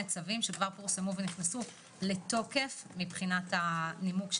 צווים שכבר פורסמו ונכנסו לתוקף בשל נימוק הדחיפות: